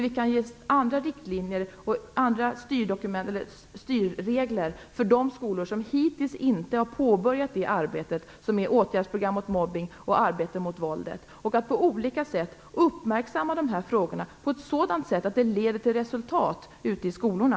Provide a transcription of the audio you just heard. Vi skall ge andra riktlinjer och styrregler för de skolor som hittills inte har påbörjat framtagandet av åtgärdsprogram mot mobbning och arbetet mot våldet. Vi skall uppmärksamma dessa frågor på ett sådant sätt att det leder till resultat ute i skolorna.